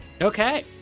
Okay